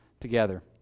together